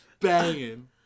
banging